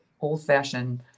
old-fashioned